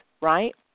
right